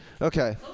Okay